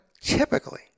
typically